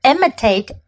Imitate